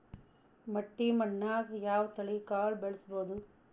ಮಟ್ಟಿ ಮಣ್ಣಾಗ್, ಯಾವ ತಳಿ ಕಾಳ ಬೆಳ್ಸಬೋದು?